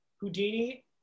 Houdini